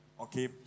Okay